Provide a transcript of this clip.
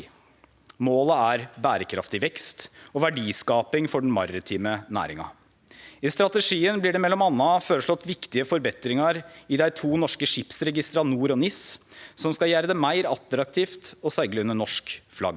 Målet er berekraftig vekst og verdiskaping for den maritime næringa. I strategien blir det m.a. føreslått viktige forbetringar i dei to norske skipsregistra NOR og NIS som skal gjere det meir attraktivt å segle under norsk flagg.